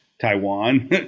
Taiwan